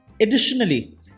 Additionally